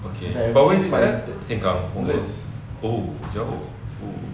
but where is sengkang oo jauh oo